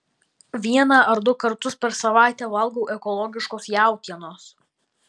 vieną ar du kartus per savaitę valgau ekologiškos jautienos